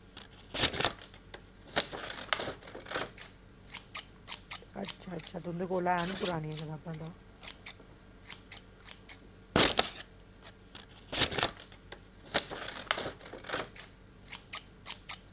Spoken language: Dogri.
अच्छा अच्छा तुंदे कोल हैन न परानियां कताबां